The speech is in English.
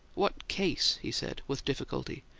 what case? he said, with difficulty.